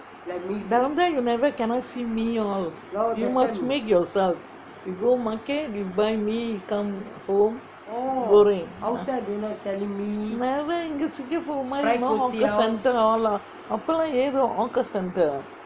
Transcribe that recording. down there you never cannot see mee all you must make yourself you go market you buy mee come goreng never எங்கே:engae singapore மாரி:maari no hawker centre all அப்போ லாம் ஏது:appo laam ethu hawker centre all